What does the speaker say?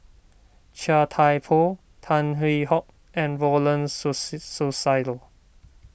Chia Thye Poh Tan Hwee Hock and Ronald Susilo